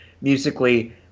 musically